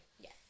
Yes